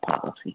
policy